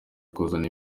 kuzana